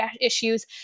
issues